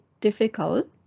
difficult